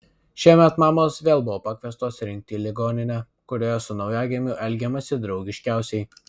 šiemet mamos vėl buvo pakviestos rinkti ligoninę kurioje su naujagimiu elgiamasi draugiškiausiai